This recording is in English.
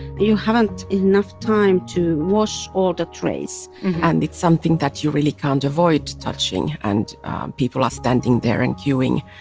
you haven't enough time to wash all the trays and it's something that you really can't avoid touching. and people are standing there and queuing,